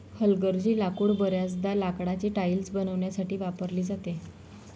हलगर्जी लाकूड बर्याचदा लाकडाची टाइल्स बनवण्यासाठी वापरली जाते